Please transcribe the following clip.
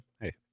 Hey